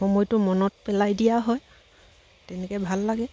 সময়টো মনত পেলাই দিয়াও হয় তেনেকৈ ভাল লাগে